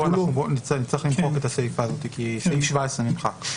גם פה נצטרך למחוק את הסיפה הזאת כי סעיף 17 נמחק.